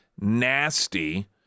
nasty